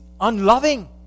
unloving